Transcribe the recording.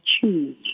choose